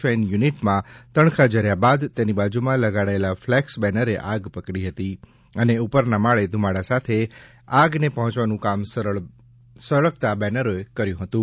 fan યુનિટમાં તણખા ઝર્યા બાદ તેની બાજુમાં લગાડેલા ફ્લેક્સ બેનરે આગ પકડી હતી અને ઉપરના માળે ધુમાડા સાથે આગને પહોંચાડવાનું કામ સળગતા બેનરોએ કર્યું હતું